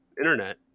internet